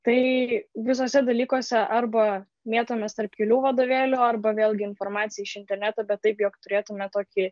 tai visuose dalykuose arba mėtomės tarp kelių vadovėlių arba vėlgi informacija iš interneto bet taip jog turėtume tokį